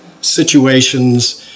situations